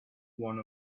one